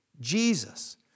Jesus